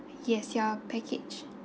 yes your package